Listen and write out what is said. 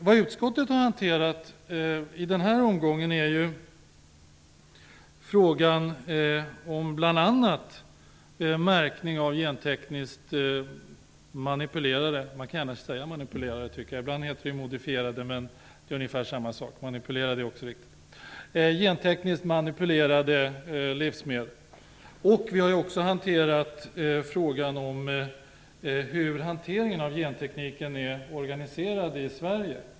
Vad utskottet har hanterat i denna omgång är bl.a. frågan om märkning av gentekniskt manipulerade, eller modifierade, livsmedel. Vi i utskottet har också behandlat frågan om hur hanteringen av gentekniken är organiserad i Sverige.